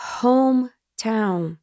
hometown